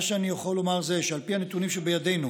מה שאני יכול לומר זה שעל פי הנתונים שבידינו,